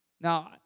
Now